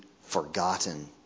forgotten